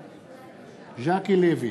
בעד ז'קי לוי,